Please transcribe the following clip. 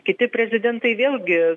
kiti prezidentai vėlgi